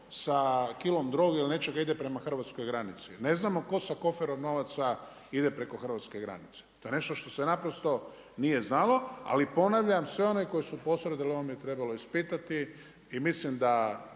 sa kilom droge ili nečega ide prema hrvatskoj granici. Ne znamo tko sa koferom novaca ide preko hrvatske granice. To je nešto što se naprosto nije znalo, ali ponavljam sve one koji su posredovali u ovome je trebalo ispitati. I mislim da